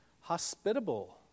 hospitable